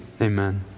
Amen